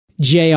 JR